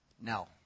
no